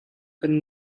kan